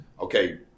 Okay